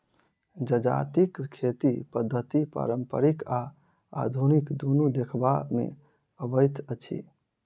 जजातिक खेती पद्धति पारंपरिक आ आधुनिक दुनू देखबा मे अबैत अछि